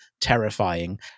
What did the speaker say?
terrifying